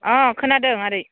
अ खोनादों आदै